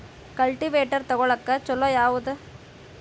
Cultivator ತೊಗೊಳಕ್ಕ ಛಲೋ ಯಾವದ?